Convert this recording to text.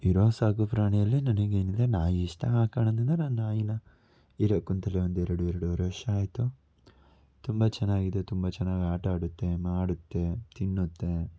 ಇರೋ ಸಾಕುಪ್ರಾಣಿಯಲ್ಲಿ ನನಗೆ ಏನಿದೆ ನಾಯಿ ಇಷ್ಟ ಆ ಕಾರಣದಿಂದ ನಾನು ನಾಯಿನ ಇರೋಕ್ಕೆ ಒಂದು ಎರಡು ಎರಡೂವರೆ ವರ್ಷ ಆಯಿತು ತುಂಬ ಚೆನ್ನಾಗಿದೆ ತುಂಬ ಚೆನ್ನಾಗಿ ಆಟ ಆಡುತ್ತೆ ಮಾಡುತ್ತೆ ತಿನ್ನುತ್ತೆ